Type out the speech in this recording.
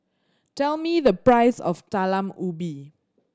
tell me the price of Talam Ubi